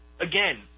again